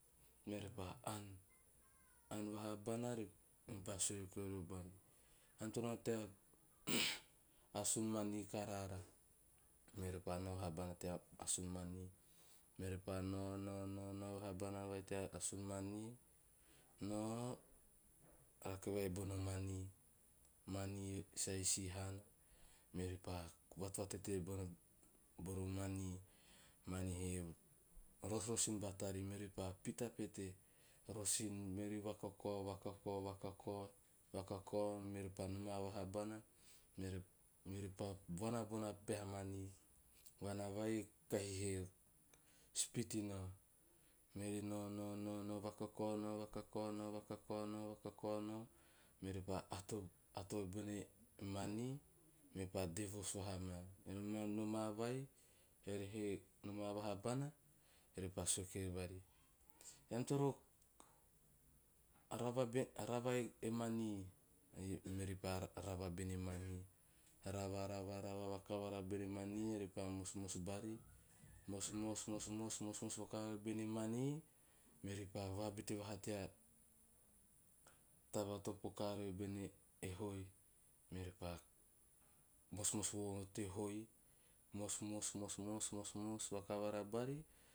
Meori pa aan, aaan vahobona. Meori pa sue kiri bari eam toro nao tea asuun maani karaara. Meori paa noa noa noa noa habana tea asun maani noa rake vai bono maani. Maani sa isi haana, meori pa vatvatete bono boro maani, maani he rosrosin batari. Meori pa pita pete, rosin meori vakakao vakakao vakakao vakakao, meori pa noma vaha bana. Meori- meori pa vaana bona peha maani. Vaana vai e kahi hee spiti noa, meori noa noa noa noa vakakao noa vakakao noa vakakao noa vakakao noa, meori pa ato- ato bene maani, me pa dee voos vaha maa. Noma vai e eori he noma vaha pana. Eori pe sue kiribari, "eam toro raava e mani e." Meori pa raara bene maani. Raava- raava bene maani eori pa mosmos mosmos bari. Mosmos- mosmos vakavara bene maani meoripa vabete vaha tea taba to poka riori bene e hoi. Meori pa mosmos vo teo hoi, mosmos mosmos mosmos vakavara baari.